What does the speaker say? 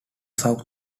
south